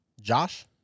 Josh